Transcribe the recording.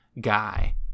guy